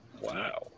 Wow